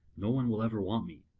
no one will ever want me.